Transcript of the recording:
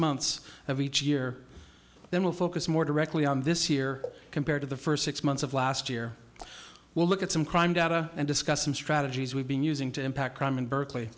months of each year then we'll focus more directly on this year compared to the first six months of last year we'll look at some crime data and discuss some strategies we've been using to impact crime in berkeley